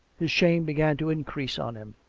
his shame began to increase on him.